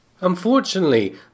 Unfortunately